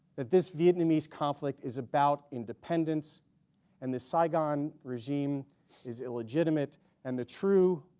that this vietnamese conflict is about independence and the saigon regime is illegitimate and the true